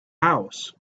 house